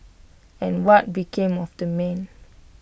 and what became of the man